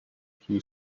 few